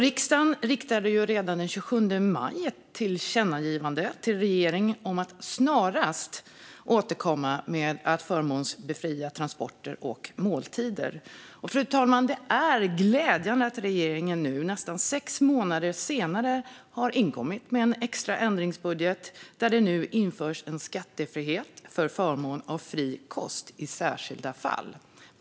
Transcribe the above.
Riksdagen riktade redan den 27 maj ett tillkännagivande till regeringen om att snarast återkomma med att förmånsbefria transporter och måltider. Fru talman! Det är glädjande att regeringen nu, nästan sex månader senare, har inkommit med en extra ändringsbudget där det införs en skattefrihet för förmån av fri kost i särskilda fall.